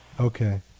Okay